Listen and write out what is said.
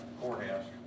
courthouse